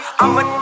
I'ma